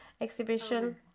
exhibition